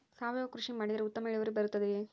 ಸಾವಯುವ ಕೃಷಿ ಮಾಡಿದರೆ ಉತ್ತಮ ಇಳುವರಿ ಬರುತ್ತದೆಯೇ?